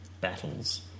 battles